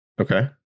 Okay